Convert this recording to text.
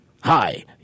Hi